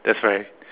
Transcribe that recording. that's right